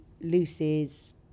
Lucy's